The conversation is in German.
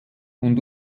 und